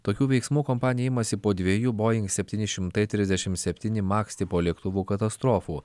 tokių veiksmų kompanija imasi po dviejų boing septyni šimtai trisdešim septyni maks tipo lėktuvų katastrofų